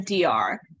DR